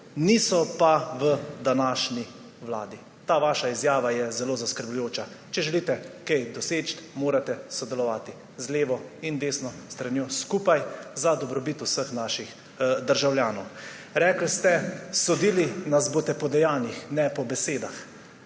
niso pa v današnji vladi.« Ta vaša izjava je zelo zaskrbljujoča. Če želite kaj doseči, morate sodelovati z levo in desno stranjo, skupaj za dobrobit vseh naših državljanov. Rekli ste: »Sodili nas boste po dejanjih, ne po besedah.«